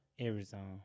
Arizona